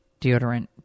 deodorant